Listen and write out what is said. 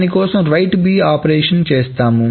దానికోసం Write operation చేస్తాం